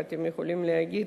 ואתם יכולים להבין,